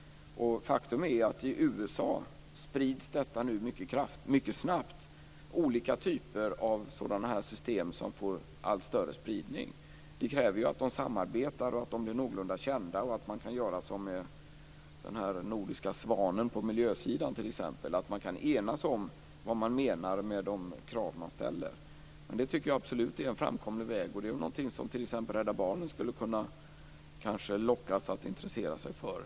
Faktum är att i USA sprids olika typer av sådana system mycket snabbt och får allt större spridning. Det kräver ju att man samarbetar så att dessa system blir någorlunda kända och att man kan göra som med den nordiska svanen på miljösidan, nämligen att man kan enas om vad man menar med de krav som man ställer. Men det tycker jag absolut är en framkomlig väg, och det är väl någonting som t.ex. Rädda Barnen skulle kunna lockas att intressera sig för.